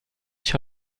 sur